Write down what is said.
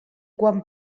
quan